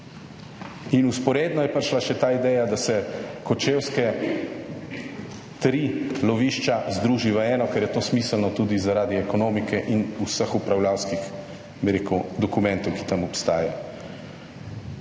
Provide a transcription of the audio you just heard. Vzporedno je prišla še ta ideja, da se kočevske tri lovišča združi v eno, ker je to smiselno tudi, zaradi ekonomike in vseh upravljavskih, bi rekel, dokumentov, ki tam obstajajo.